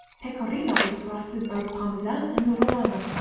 pecorino is classed with both parmesan and romano.